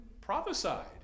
prophesied